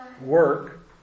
work